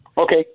Okay